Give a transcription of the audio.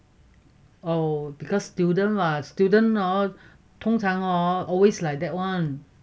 oh because students [what] students hor 通常 hor always like that one